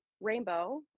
rainbow